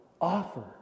offer